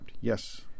Yes